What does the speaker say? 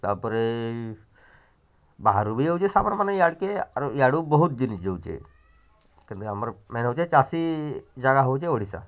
ତା'ପରେ ଏଇ ବାହାରକୁ ବି ଯାଉଛେଁ ସାମାନ୍ ମାନେ ୟାଡ଼କେ ଆରୁ ୟାଡ଼ୁ ବହୁତ୍ ଜିନିଷ୍ ଯାଉଛେଁ ତେବେ ଆମର୍ ମେନ୍ ହେଉଛେଁ ଚାଷୀ ଜାଗା ହେଉଛେଁ ଓଡ଼ିଶା